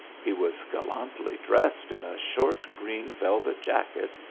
he was gallantly dressed in a short green velvet jacket,